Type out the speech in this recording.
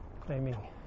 claiming